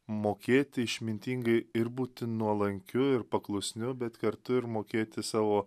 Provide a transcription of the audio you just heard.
mokėti išmintingai ir būti nuolankiu ir paklusniu bet kartu ir mokėti savo